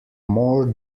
more